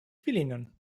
filinon